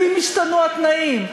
ואם ישתנו התנאים?